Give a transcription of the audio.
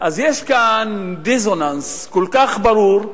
אז יש כאן דיסוננס כל כך ברור,